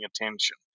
attention